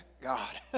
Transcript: God